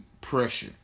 pressure